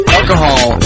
Alcohol